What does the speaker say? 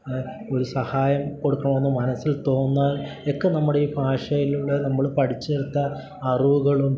ഒരു സഹായം കൊടുക്കണമെന്ന് മനസ്സിൽ തോന്നാൻ ഒക്കെ നമ്മുടെ ഈ ഭാഷയിലൂടെ നമ്മൾ പഠിച്ചെടുത്ത അറിവുകളും